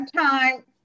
time